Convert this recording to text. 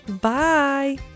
Bye